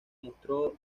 mostró